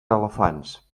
elefants